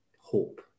hope